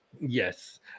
Yes